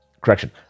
correction